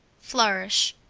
flourish.